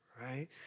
right